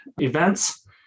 events